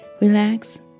relax